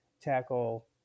tackle